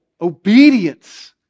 obedience